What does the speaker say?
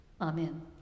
Amen